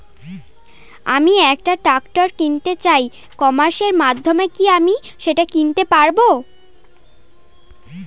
আমি একটা ট্রাক্টর কিনতে চাই ই কমার্সের মাধ্যমে কি আমি সেটা কিনতে পারব?